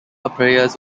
appears